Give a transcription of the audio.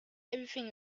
everything